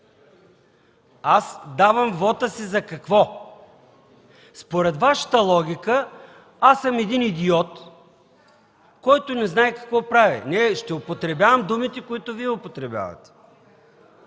Аз давам вота си, за какво? Според Вашата логика аз съм един идиот, който не знае какво прави. Ще употребявам думите, които Вие употребявате.